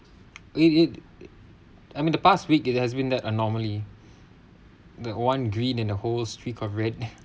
it it it I mean the past week it has been that anomaly the one green and the whole streak of red